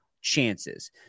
chances